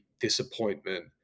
disappointment